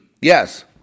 yes